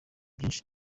byinshi